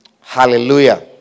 Hallelujah